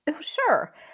Sure